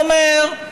הוא אומר,